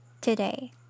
today